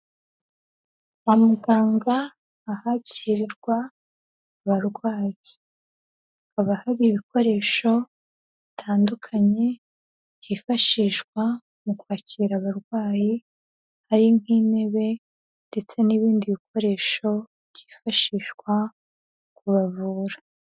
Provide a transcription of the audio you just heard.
Muganga ahakirirwa abarwayi haba hari ibikoresho bitandukanye byifashishwa mu kwakira abarwayi ari nk'intebe, ndetse n'ibindi bikoresho byifashishwa kubavura.